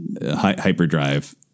hyperdrive